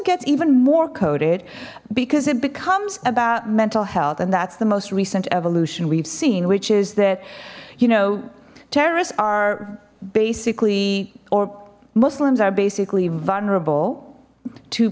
gets even more coded because it becomes about mental health and that's the most recent evolution we've seen which is that you know terrorists are basically or muslims are basically vulnerable to